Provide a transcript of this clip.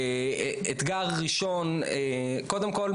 קודם כל,